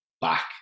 back